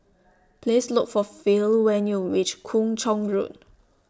Please Look For Phil when YOU REACH Kung Chong Road